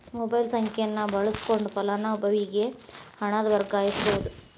mobile ಸಂಖ್ಯೆಯನ್ನ ಬಳಸಕೊಂಡ ಫಲಾನುಭವಿಗೆ ಹಣನ ವರ್ಗಾಯಿಸಬೋದ್